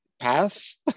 pass